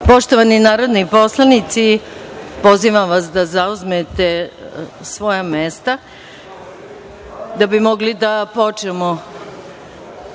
Poštovani narodni poslanici, pozivam vas da zauzmete svoja mesta, da bi mogli da počnemo